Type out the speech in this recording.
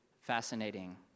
fascinating